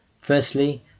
Firstly